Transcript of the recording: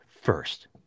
first